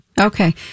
Okay